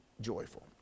joyful